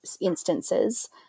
instances